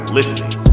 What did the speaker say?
listening